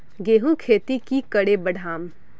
गेंहू खेती की करे बढ़ाम?